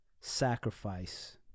sacrifice